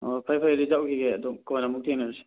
ꯑꯣ ꯐꯔꯦ ꯐꯔꯦ ꯑꯗꯨꯗꯤ ꯆꯠꯂꯨꯈꯤꯒꯦ ꯀꯣꯟꯅ ꯑꯃꯨꯛ ꯊꯦꯡꯅꯔꯁꯤ